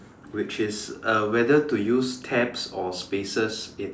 which is uh whether to use tabs or spaces in